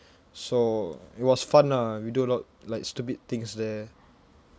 so it was fun ah we do a lot like stupid things there